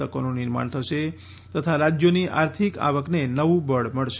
તકોનું નિર્માણ થશે તથા રાજ્યોની આર્થિક આવકને નવું બળ મળશે